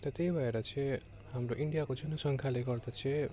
त त्यही भएर चाहिँ हाम्रो इन्डियाको जनसङ्ख्याले गर्दा चाहिँ